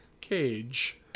cage